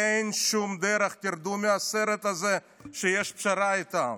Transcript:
אין שום דרך, תרדו מהסרט הזה שיש פשרה איתם.